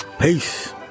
Peace